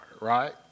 right